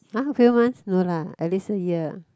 [huh] a few months no lah at least a year ah